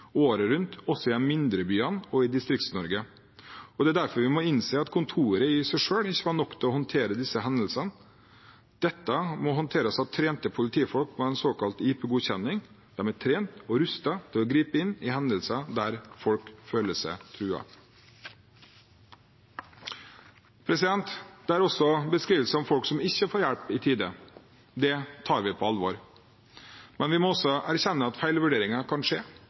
året rundt også i de mindre byene og i Distrikts-Norge. Det er derfor vi må innse at kontoret i seg selv ikke var nok til å håndtere disse hendelsene. Dette må håndteres av trente politifolk med en såkalt IP-godkjenning. De er trent og rustet til å gripe inn i hendelser der folk føler seg truet. Det er også beskrivelser av folk som ikke får hjelp i tide. Det tar vi på alvor, men vi må også erkjenne at feilvurderinger kan skje,